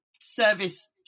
service